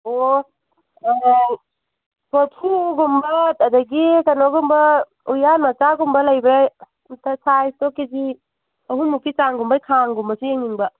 ꯑꯣ ꯀꯣꯔꯐꯨꯒꯨꯝꯕ ꯑꯗꯒꯤ ꯀꯩꯅꯣꯒꯨꯝꯕ ꯎꯌꯥꯟ ꯃꯆꯥꯒꯨꯝꯕ ꯂꯩꯕ꯭ꯔꯥ ꯑꯝꯇ ꯁꯥꯏꯖꯇꯣ ꯀꯦ ꯖꯤ ꯑꯍꯨꯝ ꯃꯨꯛꯀꯤ ꯆꯥꯡꯒꯨꯝꯕ ꯈꯥꯡꯒꯨꯝꯕꯁꯨ ꯌꯦꯡꯅꯤꯡꯕ